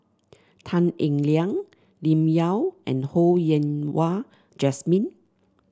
Tan Eng Liang Lim Yau and Ho Yen Wah Jesmine